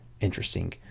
interesting